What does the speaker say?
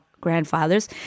grandfathers